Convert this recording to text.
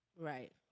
Right